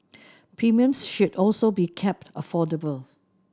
premiums should also be kept affordable